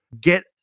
Get